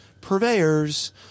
purveyors